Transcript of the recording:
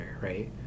right